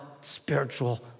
spiritual